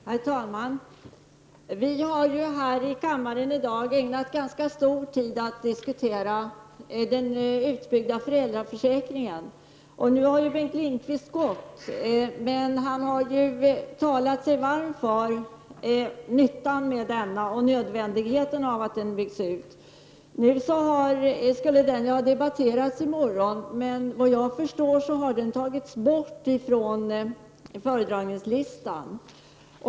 Herr talman! Vi har här i kammaren i dag ägnat ganska lång tid åt att diskutera den utbyggda föräldraförsäkringen. Nu har Bengt Lindqvist gått, men han har ju talat sig varm för nyttan med denna försäkring och nödvändigheten av att den byggs ut. Den frågan skulle ha debatterats i morgon, men vad jag förstår har den tagits bort från föredragningslistan.